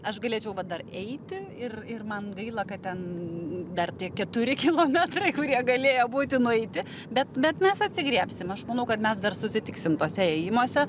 aš galėčiau dar eiti ir ir man gaila kad ten dar tie keturi kilometrai kurie galėjo būti nueiti bet bet mes atsigriebsim aš manau kad mes dar susitiksim tuose ėjimuose